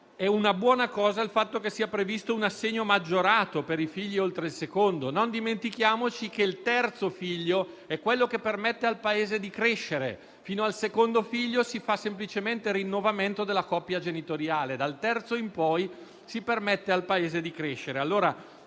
È una buona cosa inoltre il fatto che sia previsto un assegno maggiorato per i figli oltre il secondo. Non dimentichiamoci che il terzo figlio è quello che permette al Paese di crescere: fino al secondo figlio si fa semplicemente rinnovamento della coppia genitoriale; dal terzo in poi si permette al Paese di crescere.